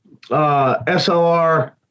SLR